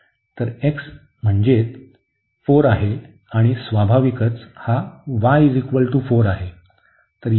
तर x म्हणजे 4 आहे आणि स्वाभाविकच हा y 4 आहे